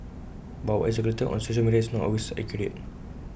but what is circulated on social media is not always accurate